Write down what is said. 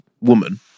woman